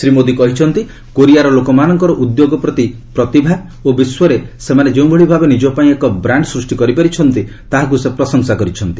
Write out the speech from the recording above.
ଶ୍ରୀ ମୋଦି କହିଛନ୍ତି କୋରିଆର ଲୋକମାନଙ୍କର ଉଦ୍ୟୋଗପତି ପ୍ରତିଭା ଓ ବିଶ୍ୱରେ ସେମାନେ ଯେଉଁଭଳି ଭାବେ ନିଜପାଇଁ ଏକ ବ୍ରାଣ୍ଡ୍ ସୃଷ୍ଟି କରିପାରିଛନ୍ତି ତାହାକୁ ସେ ପ୍ରଶଂସା କରିଛନ୍ତି